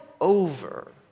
over